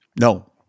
No